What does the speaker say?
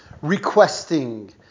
requesting